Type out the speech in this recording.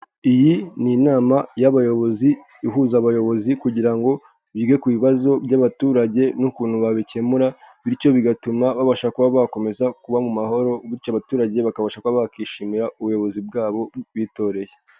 Iyi ni inama y'abayobozi ihuza abayobozi kugira ngo bige ku bibazo by'abaturage n'ukuntu babikemura bityo bigatuma babasha kuba bakomeza kuba mu mahoro bityo abaturage bakabasha kuba bakwishimira ubuyobozi bwabo bitoreye.